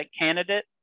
candidate